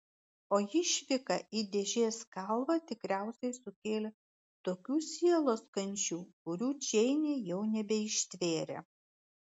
o išvyka į dėžės kalvą tikriausiai sukėlė tokių sielos kančių kurių džeinė jau nebeištvėrė